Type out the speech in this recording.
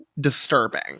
disturbing